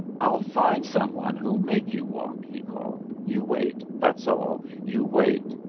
i'll find some one who'll make you walk! he called. you wait, that's all, you wait!